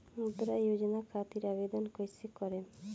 मुद्रा योजना खातिर आवेदन कईसे करेम?